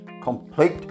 complete